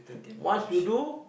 once you do